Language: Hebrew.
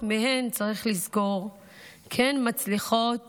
צריך לזכור שרבות מהן כן מצליחות